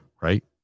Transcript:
right